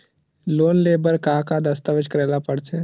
Loan ले बर का का दस्तावेज करेला पड़थे?